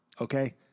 Okay